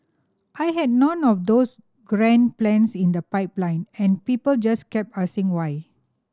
I had none of those grand plans in the pipeline and people just kept asking why